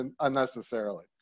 unnecessarily